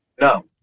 no